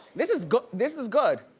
this is good, this is good.